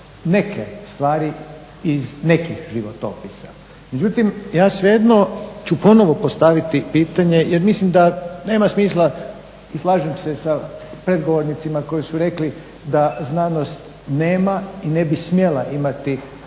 neke stvari iz nekih životopisa. Međutim, ja svejedno ću ponovo postaviti pitanje jer mislim da nema smisla i slažem se sa predgovornicima koji su rekli da znanost nema i ne bi smjela imati